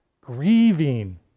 grieving